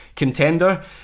contender